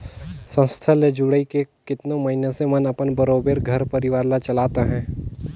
संस्था ले जुइड़ के केतनो मइनसे मन अपन बरोबेर घर परिवार ल चलात अहें